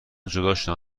جداشدن